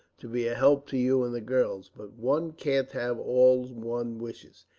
to be a help to you and the girls but one can't have all one wishes.